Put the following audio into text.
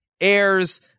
airs